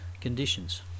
conditions